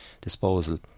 disposal